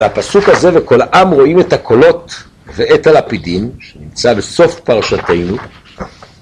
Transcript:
הפסוק הזה וכל העם רואים את הקולות ואת הלפידים, שנמצא בסוף פרשתנו